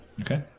Okay